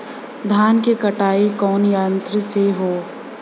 धान क कटाई कउना यंत्र से हो?